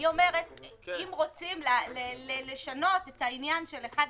אני אומרת שאם רוצים לשנות את העניין של 1/12,